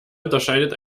unterscheidet